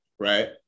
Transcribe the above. Right